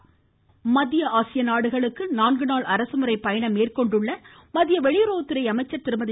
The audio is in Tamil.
சுஷ்மா ஸ்வராஜ் மத்திய ஆசிய நாடுகளுக்கு நான்குநாள் அரசுமுறை பயணம் மேற்கொண்டுள்ள மத்திய வெளியுறவுத்துறை அமைச்சர் திருமதி